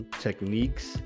techniques